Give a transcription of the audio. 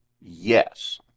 yes